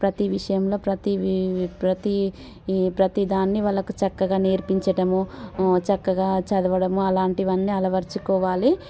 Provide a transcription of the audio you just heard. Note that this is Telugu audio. ప్రతీ విషయంలో ప్రతీ ప్రతీ ప్రతీదాన్ని వాళ్ళకు చక్కగా నేర్పించటము చక్కగా చదవడము అలాంటివి అన్నీ అలవర్చుకోవాలి